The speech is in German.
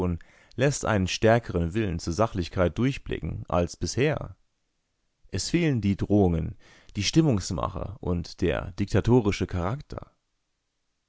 läßt einen stärkeren willen zur sachlichkeit durchblicken als bisher es fehlen die drohungen die stimmungsmache und der diktatorische charakter